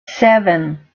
seven